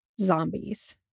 zombies